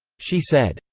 she said,